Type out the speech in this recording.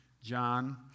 John